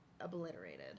obliterated